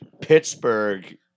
Pittsburgh